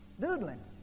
doodling